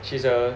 she's a